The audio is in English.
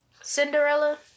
Cinderella